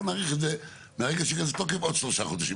אלא בוא נאריך את זה מהרגע שנכנס לתוקף לעוד שלושה חודשים.